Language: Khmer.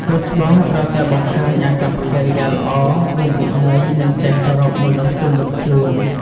កូនច្បងត្រូវតែបង្ហាញអាកប្បកិរិយាល្អ មានវិន័យ និងចេះគោរពមនុស្សជុំវិញខ្លួន។